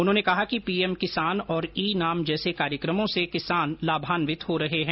उन्होंने कहा कि पीएम किसान और ई नाम जैसे कार्यक्रमों से किसान लाभान्वित हो रहे हैं